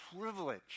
privilege